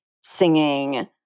singing